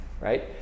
right